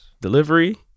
Delivery